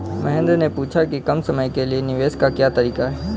महेन्द्र ने पूछा कि कम समय के लिए निवेश का क्या तरीका है?